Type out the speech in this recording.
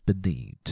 beneath